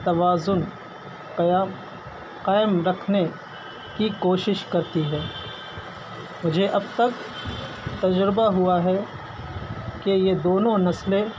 توازن قیام قائم رکھنے کی کوشش کرتی ہے مجھے اب تک تجربہ ہوا ہے کہ یہ دونوں نسلیں